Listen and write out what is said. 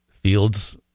Fields